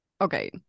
Okay